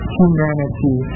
humanity